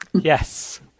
yes